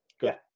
Good